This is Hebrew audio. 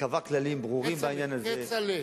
קבע כללים ברורים בעניין הזה.